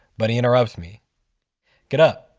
but he interrupts me get up!